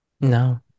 No